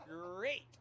great